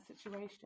situation